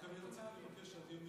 אני מציע לחינוך.